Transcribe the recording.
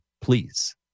please